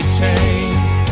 chains